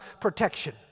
protection